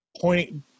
point